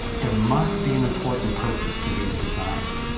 there must be an important purpose to these designs.